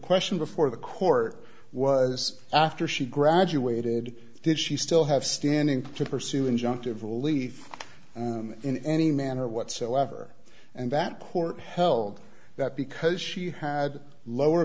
question before the court was after she graduated did she still have standing to pursue injunctive relief in any manner whatsoever and that court held that because she had lower